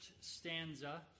stanza